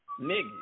Nigga